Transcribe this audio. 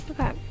Okay